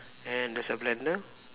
and there's a blender